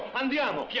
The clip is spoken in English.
and ah we'll yeah